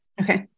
Okay